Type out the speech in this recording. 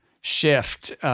shift